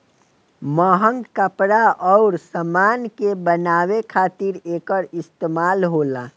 महंग कपड़ा अउर समान के बनावे खातिर एकर इस्तमाल होला